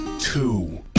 Two